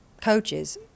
coaches